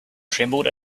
trembled